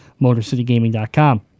MotorCityGaming.com